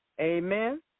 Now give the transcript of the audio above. amen